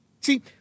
See